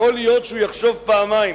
יכול להיות שהוא יחשוב פעמיים.